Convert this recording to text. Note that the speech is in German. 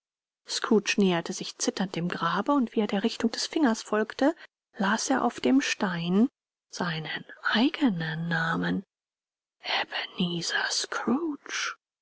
näherte sich zitternd dem grabe und wie er der richtung des fingers folgte las er auf dem stein seinen eigenen namen